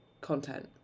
content